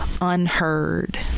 unheard